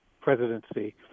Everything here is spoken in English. presidency